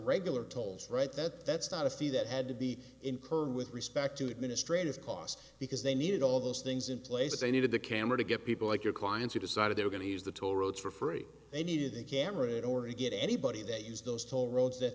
regular tolls right that that's not a fee that had to be incurred with respect to administrative costs because they needed all those things in place they needed the camera to get people like your clients who decided they were going to use the toll roads for free they needed a camera in order to get anybody that used those toll roads that